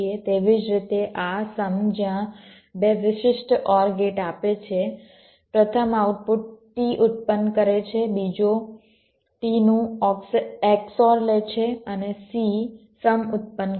તેવી જ રીતે આ સમ જ્યાં 2 વિશિષ્ટ OR ગેટ આપે છે પ્રથમ આઉટપુટ t ઉત્પન્ન કરે છે બીજો t નું XOR લે છે અને c સમ ઉત્પન્ન કરે છે